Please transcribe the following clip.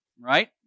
Right